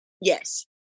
Yes